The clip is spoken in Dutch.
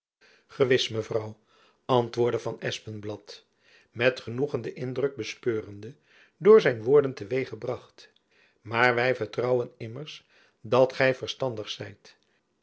gewis mevrouw antwoordde van espenblad met genoegen den indruk bespeurende door zijn woorden te weeg gebracht maar wy vertrouwen immers dat gy verstandig zijt